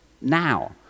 now